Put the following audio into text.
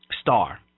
star